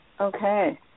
Okay